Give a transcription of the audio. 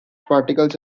particles